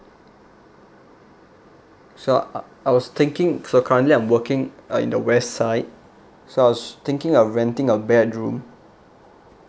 so uh I was thinking so currently I'm working uh in the west side so I was thinking of renting a bedroom